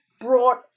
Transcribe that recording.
brought